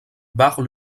barre